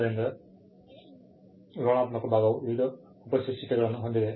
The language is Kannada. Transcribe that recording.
ಆದ್ದರಿಂದ ವಿವರಣಾತ್ಮಕ ಭಾಗವು ವಿವಿಧ ಉಪಶೀರ್ಷಿಕೆಗಳನ್ನು ಹೊಂದಿದೆ